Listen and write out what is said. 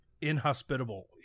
inhospitable